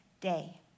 day